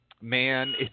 man